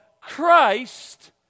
Christ